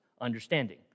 Understanding